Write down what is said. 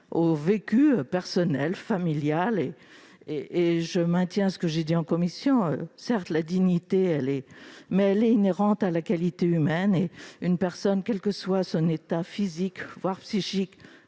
au vécu personnel, familial. Je maintiens ce que j'ai dit en commission : la dignité est inhérente à la condition humaine, et une personne, quel que soit son état physique, voire psychique,